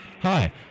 hi